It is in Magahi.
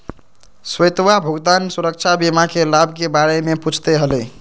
श्वेतवा भुगतान सुरक्षा बीमा के लाभ के बारे में पूछते हलय